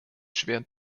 schweren